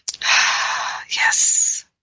Yes